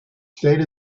state